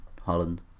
Holland